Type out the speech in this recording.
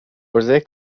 عرضهی